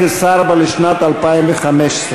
2015,